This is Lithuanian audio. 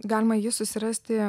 galima jį susirasti